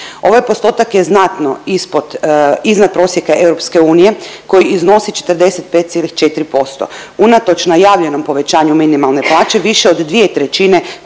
Ovaj postotak je znatno ispod, iznad prosjeka EU koji iznosi 45,4%. Unatoč najavljenom povećanju minimalne plaće, više od 2/3